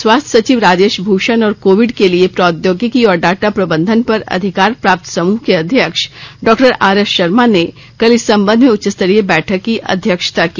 स्वास्थ्य सचिव राजेश भूषण और कोविड के लिए प्रौद्योगिकी और डॉटा प्रबंधन पर अधिकार प्राप्त समूह के अध्यक्ष डॉक्टर आरएस शर्मा ने कल इस संबंध में उच्च स्तरीय बैठक की अध्यक्षता की